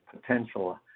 potential